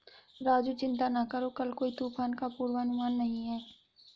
राजू चिंता ना करो कल कोई तूफान का पूर्वानुमान नहीं है